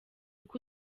uko